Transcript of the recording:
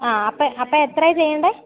ആ അപ്പോള് അപ്പോള് എത്രയാണു ചെയ്യേണ്ടത്